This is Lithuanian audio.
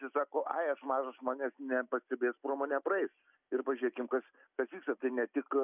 jis sako aj aš mažas manęs nepastebės pro mane praiet ir pažiūrėkim kas kad jūs esate ne tik